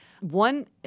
One